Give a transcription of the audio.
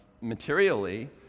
materially